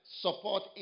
support